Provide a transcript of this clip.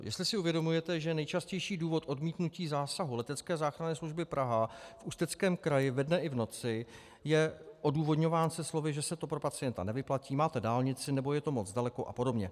Jestli si uvědomujete, že nejčastější důvod odmítnutí zásahu letecké záchranné služby Praha v Ústeckém kraji ve dne i v noci je odůvodňován slovy, že se to pro pacienta nevyplatí, máte dálnici, nebo je to moc daleko a podobně.